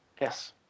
Yes